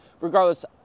regardless